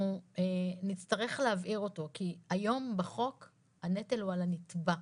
אנחנו נצטרך להבהיר אותו כי היום בחוק הנטל הוא על הנתבע,